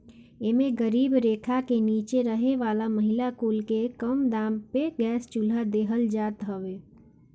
एमे गरीबी रेखा के नीचे रहे वाला महिला कुल के कम दाम पे गैस चुल्हा देहल जात हवे